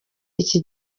iki